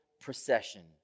procession